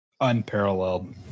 Unparalleled